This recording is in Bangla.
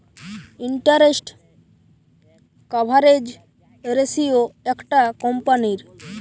ইন্টারেস্ট কাভারেজ রেসিও একটা কোম্পানীর